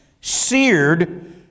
seared